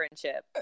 friendship